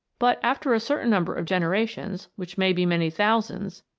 but after a certain number of generations, which may be many thousands,